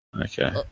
okay